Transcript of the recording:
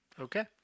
Okay